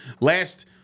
last